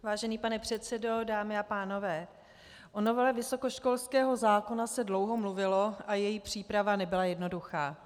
Vážený pane předsedo, dámy a pánové, o novele vysokoškolského zákona se dlouho mluvilo a její příprava nebyla jednoduchá.